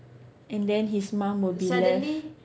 and then his mum will be left